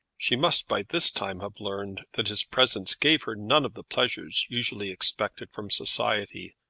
she must by this time have learned that his presence gave her none of the pleasures usually expected from society.